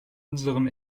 unserem